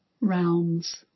realms